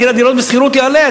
מחיר הדירות בשכירות יעלה.